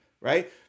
right